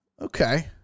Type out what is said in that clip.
Okay